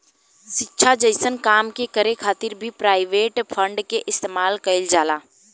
शिक्षा जइसन काम के करे खातिर भी प्राइवेट फंड के इस्तेमाल कईल जाला